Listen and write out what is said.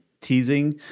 teasing